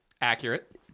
Accurate